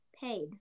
paid